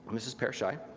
this is per schei.